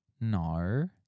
No